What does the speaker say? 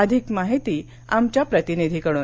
अधिक माहिती आमच्या प्रतिनिधीकडून